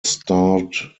starred